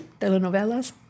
telenovelas